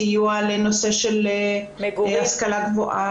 סיוע לנושא של השכלה גבוה,